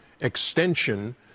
extension